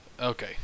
okay